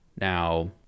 Now